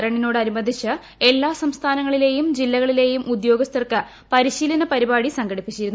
റണ്ണിനോടനുബന്ധിച്ച് എല്ലാ സംസ്ഥാനങ്ങളിലെയും ് ജീല്ലകളിലെയും ഉദ്യോഗസ്ഥർക്ക് പരിശീലന പരിപാടി സംഘടിപ്പിച്ചിരുന്നു